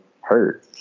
hurt